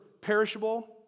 perishable